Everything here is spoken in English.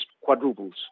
quadruples